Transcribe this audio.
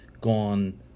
gone